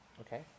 okay